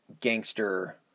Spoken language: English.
gangster